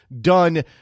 done